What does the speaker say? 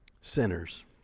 sinners